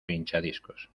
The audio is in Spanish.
pinchadiscos